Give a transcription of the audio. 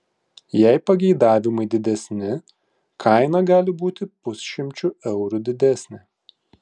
jei pageidavimai didesni kaina gali būti pusšimčiu eurų didesnė